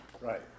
Right